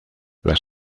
las